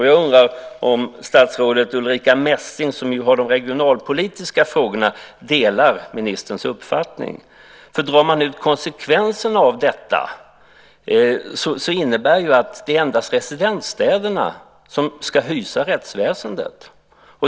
Jag undrar om statsrådet Ulrica Messing, som har ansvaret för de regionalpolitiska frågorna, delar ministerns uppfattning. Konsekvensen av detta är att det endast är residensstäderna som ska hysa rättsväsendet.